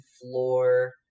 floor